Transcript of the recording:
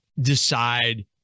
decide